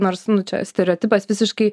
nors čia stereotipas visiškai